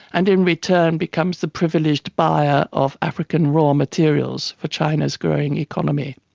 and in return becomes the privileged buyer of african raw materials for china's growing economy.